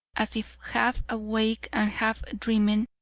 as if half awake and half dreaming,